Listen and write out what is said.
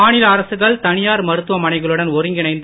மாநில அரசுகள் தனியார் மருத்துவமனைகளுடன் ஒருங்கிணைந்து